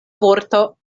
vorto